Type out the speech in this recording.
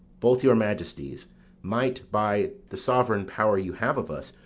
both your majesties might, by the sovereign power you have of us,